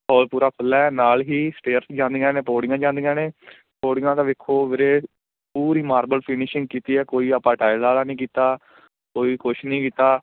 hole ਪੂਰਾ ਖੁੱਲ੍ਹਾ ਹੈ ਨਾਲ ਹੀ ਸਟੇਅਰਸ ਜਾਂਦੀਆਂ ਨੇ ਪੌੜੀਆਂ ਜਾਂਦੀਆਂ ਨੇ ਪੌੜੀਆਂ ਤਾਂ ਵੇਖੋ ਵੀਰੇ ਪੂਰੀ ਮਾਰਬਲ ਫਿਨਿਸ਼ਿੰਗ ਕੀਤੀ ਹੈ ਕੋਈ ਆਪਾਂ ਟਾਈਲ ਵਾਲਾ ਨਹੀਂ ਕੀਤਾ ਕੋਈ ਕੁਛ ਨਹੀਂ ਕੀਤਾ